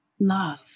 love